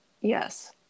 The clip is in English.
yes